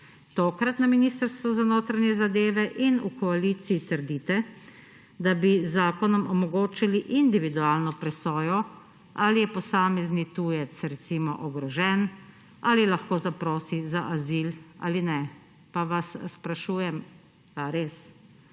Tokrat na Ministrstvu za notranje zadeve in v koaliciji trdite, da bi z zakonom omogočili individualno presojo, ali je posamezni tujec, recimo, ogrožen, ali lahko zaprosi za azil ali ne. Pa vas sprašujem – a res?